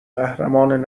قهرمان